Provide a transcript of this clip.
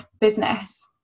business